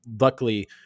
luckily